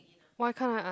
why can't I ask